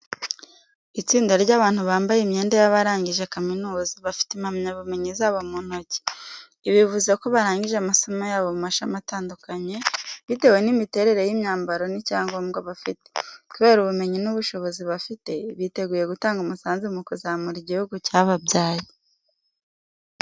Itsinda ry’abantu bambaye imyenda y’abarangije kaminuza, bafite impamyabumenyi zabo mu ntoki. Ibi bivuze ko barangije amasomo yabo mu mashami atandukanye, bitewe n'imiterere y'imyambaro n’icyangombwa bafite. Kubera ubumenyi n'ubushobozi bafite, biteguye gutanga umusanzu mu kuzamura igihugu cyababyaye.